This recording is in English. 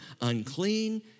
unclean